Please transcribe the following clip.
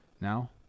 Now